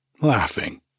laughing